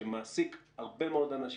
שמעסיק הרבה מאוד אנשים,